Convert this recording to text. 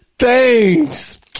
Thanks